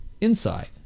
Inside